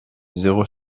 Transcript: zéro